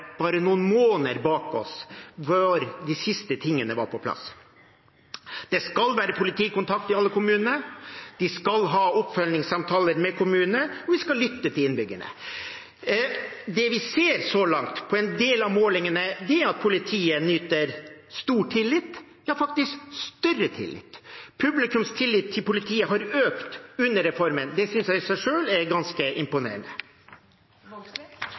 bare noen måneder bak oss fra de siste tingene var på plass. Det skal være politikontakt i alle kommunene, de skal ha oppfølgingssamtaler med kommunene, og vi skal lytte til innbyggerne. Det vi ser så langt på en del av målingene, er at politiet nyter stor tillit – ja, faktisk større tillit. Publikums tillit til politiet har økt under reformen. Det synes jeg i seg selv er ganske